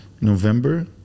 November